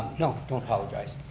no, don't apologize.